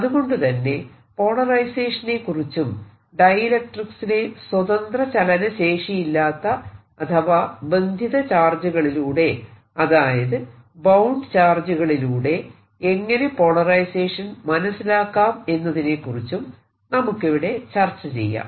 അതുകൊണ്ടു തന്നെ പോളറൈസേഷനെ കുറിച്ചും ഡൈഇലക്ട്രിക്സിലെ സ്വതന്ത്ര ചലനശേഷിയില്ലാത്ത അഥവാ ബന്ധിത ചാർജുകളിലൂടെ അതായത് ബൌണ്ട് ചാർജുകളിലൂടെ എങ്ങനെ പോളറൈസേഷൻ മനസിലാക്കാം എന്നതിനെക്കുറിച്ചും നമുക്കിവിടെ ചർച്ച ചെയ്യാം